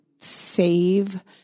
save